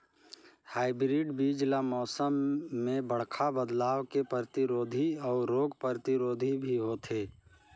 hybrid बीज ल मौसम में बड़खा बदलाव के प्रतिरोधी अऊ रोग प्रतिरोधी भी होथे